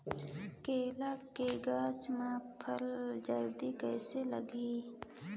केला के गचा मां फल जल्दी कइसे लगही?